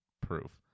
proof